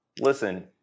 listen